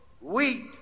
wheat